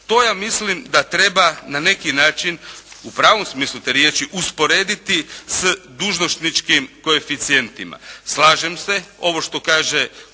To ja mislim da treba na neki način u pravom smislu te riječi usporediti s dužnosničkim koeficijentima. Slažem se, ovo što kaže